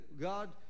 God